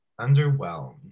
Underwhelmed